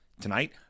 Tonight